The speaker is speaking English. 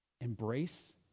embrace